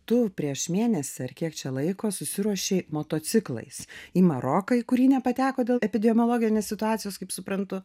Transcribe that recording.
tu prieš mėnesį ar kiek čia laiko susiruošei motociklais į maroką į kurį nepateko dėl epidemiologinės situacijos kaip suprantu